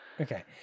Okay